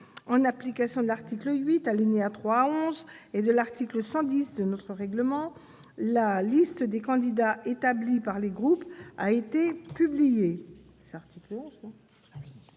En application de l'article 8, alinéas 3 à 11, et de l'article 110 du règlement, la liste des candidats établie par les groupes a été publiée. Elle sera